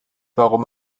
warum